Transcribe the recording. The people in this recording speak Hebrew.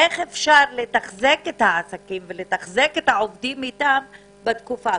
איך אפשר לתחזק את העסקים ואת העובדים איתם בתקופה הזאת,